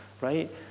right